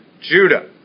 Judah